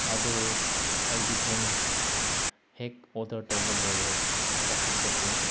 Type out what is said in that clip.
ꯑꯗꯣ ꯑꯩꯗꯤ ꯄꯨꯡ ꯍꯦꯛ ꯑꯣꯔꯗꯔ ꯇꯧꯕ ꯂꯣꯏꯔꯒ ꯑꯣꯐꯤꯁ ꯆꯠꯈ꯭ꯔꯦ